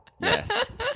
Yes